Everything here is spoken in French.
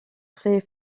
très